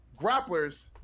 grapplers